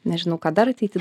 nežinau ką dar ateity